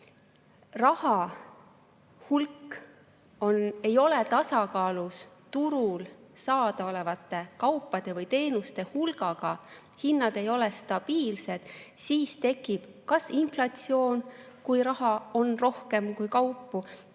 raha hulk ei ole tasakaalus turul saada olevate kaupade või teenuste hulgaga ja hinnad ei ole stabiilsed, siis tekib kas inflatsioon, kui raha on rohkem kui kaupu,